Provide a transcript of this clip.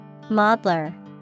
Modeler